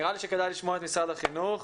נראה לי שכדאי לשמוע את משרד החינוך.